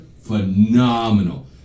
phenomenal